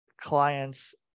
clients